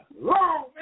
long